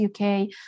UK